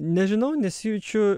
nežinau nesijaučiu